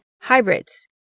hybrids